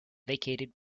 vacated